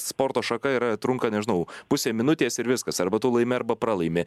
sporto šaka yra trunka nežinau pusę minutės ir viskas arba tu laimi arba pralaimi